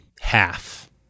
half